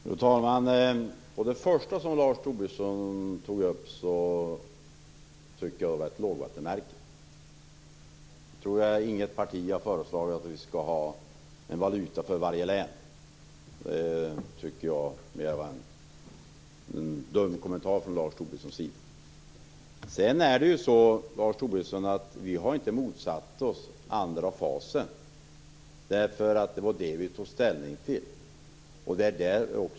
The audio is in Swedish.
Fru talman! Jag tycker att det första som Lars Tobisson tog upp var ett lågvattenmärke. Jag tror inte att något parti har föreslagit att vi skall ha en valuta för varje län. Det tycker jag var en dum kommentar från Vi har inte motsatt oss andra fasen, Lars Tobisson. Det var den vi tog ställning till.